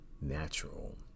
natural